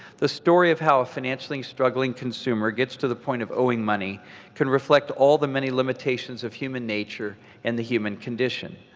the story of how a financially struggling consumer gets to the point of owing money can reflect all the many limitations of human nature and the human condition.